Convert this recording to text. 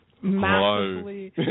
massively